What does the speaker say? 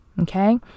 Okay